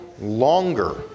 longer